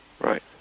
Right